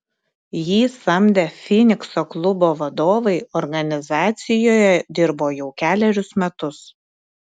jį samdę finikso klubo vadovai organizacijoje dirbo jau kelerius metus